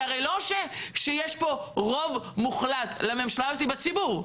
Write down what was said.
זה הרי לא שיש פה רוב מוחלט לממשלה הזאת בציבור,